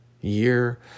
year